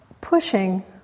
pushing